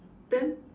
then